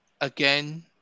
again